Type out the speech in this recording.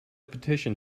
petition